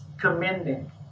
commending